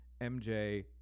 MJ